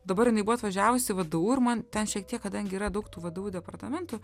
dabar jinai buvo atvažiavus į vdu ir man ten šiek tiek kadangi yra daug tų vdu departamentų